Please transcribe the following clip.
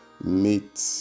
meet